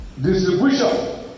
Distribution